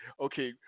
okay